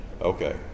Okay